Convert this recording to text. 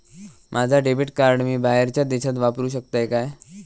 माझा debit card मी बाहेरच्या देशात वापरू शकतय काय?